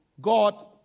God